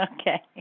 Okay